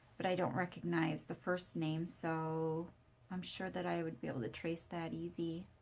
but i don't recognize the first name. so i'm sure that i would be able to trace that easy.